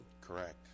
Correct